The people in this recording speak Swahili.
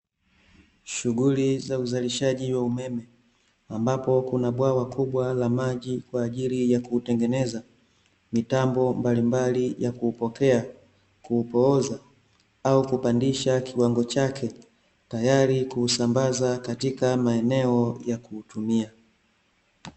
Shughuli za uzalishaji wa umeme , ambapo kuna bwawa kubwa la maji kwaajili ya kuutengeneza, mitambo mbalimbali ya kuupokea, kuupooza au kupandisha kiwango chake , tayari kuusambaza katika maeneo ya kuutumia.